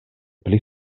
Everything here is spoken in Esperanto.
pli